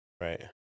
Right